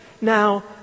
Now